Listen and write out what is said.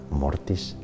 mortis